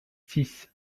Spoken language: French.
six